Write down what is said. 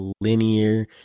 linear